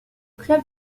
club